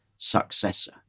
Successor